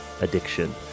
addiction